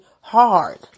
hard